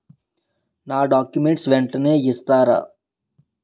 నా డాక్యుమెంట్స్ వెంటనే ఇస్తారా?